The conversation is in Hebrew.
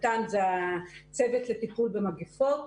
הצט"ם הוא צוות לטיפול במגפות,